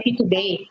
today